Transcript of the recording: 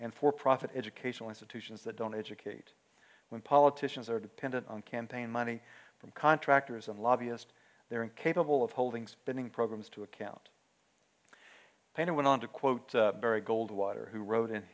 and for profit educational institutions that don't educate when politicians are dependent on campaign money from contractors and lobbyist they are incapable of holding spending programs to account pain and went on to quote barry goldwater who wrote in